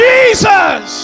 Jesus